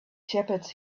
shepherds